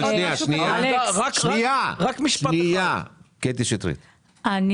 קטי שטרית, בבקשה.